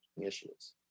issues